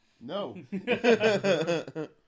No